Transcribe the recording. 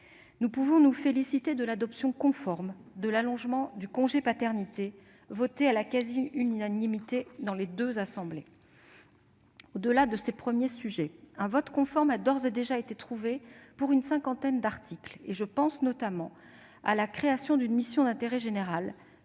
Nous pouvons aussi nous féliciter de l'adoption conforme de l'allongement du congé paternité, voté à la quasi-unanimité dans les deux assemblées. Au-delà de ces premiers sujets, un vote conforme a d'ores et déjà été obtenu pour une cinquantaine d'articles. Je pense notamment à la création d'une mission d'intérêt général